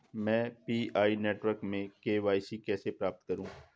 मैं P I network में K Y C कैसे प्राप्त करूँ?